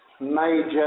major